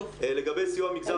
לגבי סיוע למגזר